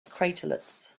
craterlets